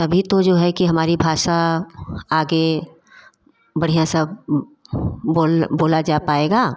तभी तो जो है कि हमारी भाषा आगे बढ़िया सब बोल बोला जा पाएगा